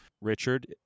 Richard